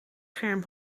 scherm